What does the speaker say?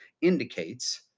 indicates